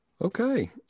Okay